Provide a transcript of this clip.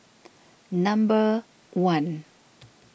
number one